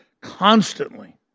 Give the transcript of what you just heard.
constantly